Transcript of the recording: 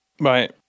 Right